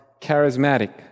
charismatic